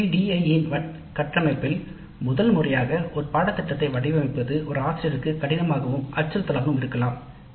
ஒரு ஆசிரியர் ADDIE இன் கட்டமைப்பில் முதல் முறையாக ஒரு பாடத்திட்டத்தை வடிவமைக்கும்போது அதைக் கடினமாக காணலாம்